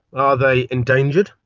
are they endangered?